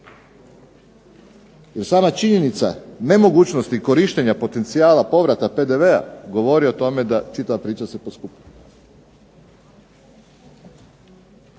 Jer sama činjenica nemogućnosti korištenja potencijala povrata PDV-a govori o tome da čitava priča se poskupljuje.